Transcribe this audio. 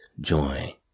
joy